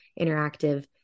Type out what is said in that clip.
interactive